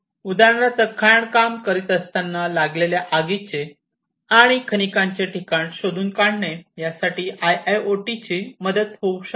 उदाहरणार्थ खाण काम करताना लागलेल्या आगीचे आणि खनिकांचे ठिकाण शोधून काढणे यासाठी आय आय ओ टी मदत करू शकते